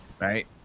Right